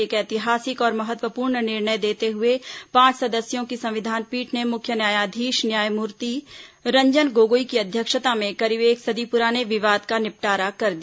एक ऐतिहासिक और महत्वपूर्ण निर्णय देते हुए पांच सदस्यों की संविधान पीठ ने मुख्य न्यायाधीश न्यायमूर्ति रंजन गोगोई की अध्यक्षता में करीब एक सदी पुराने विवाद का निपटारा कर दिया